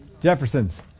Jefferson's